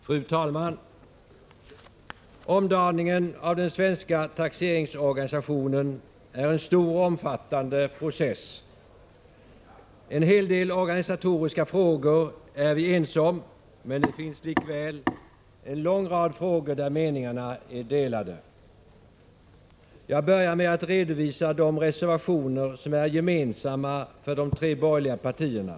Fru talman! Omdaningen av den svenska taxeringsorganisationen är en stor och omfattande process. En hel del organisatoriska frågor är vi ense om, men det finns likväl en lång rad frågor där meningarna är delade. Jag börjar med att redovisa de reservationer som är gemensamma för de tre borgerliga partierna.